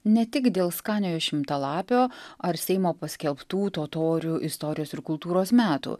ne tik dėl skaniojo šimtalapio ar seimo paskelbtų totorių istorijos ir kultūros metų